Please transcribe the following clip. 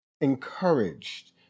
encouraged